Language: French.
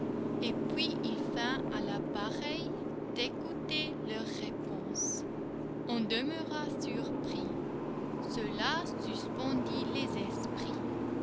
et puis il feint à la pareille d'écouter leur réponse on demeura surpris cela suspendit les esprits